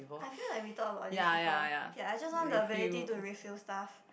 I feel like we talk about this before ya I just want the ability to refill stuff